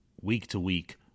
week-to-week